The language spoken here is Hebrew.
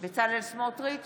בצלאל סמוטריץ'